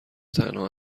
تنها